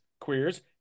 queers